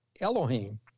Elohim